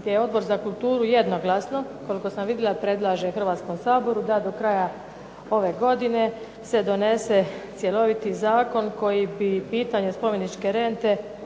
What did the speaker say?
gdje je Odbor za kulturu jednoglasno, koliko sam vidjela predlaže Hrvatskom saboru da do kraja ove godine se donese cjeloviti zakon koji bi pitanje spomeničke rente